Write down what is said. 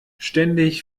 ständig